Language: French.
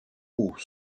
hauts